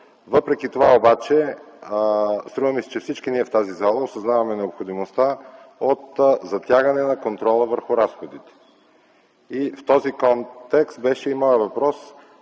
Въпреки това обаче струва ми се, че всички ние в тази зала осъзнаваме необходимостта от затягане на контрола върху разходите и в този контекст беше и моят въпрос: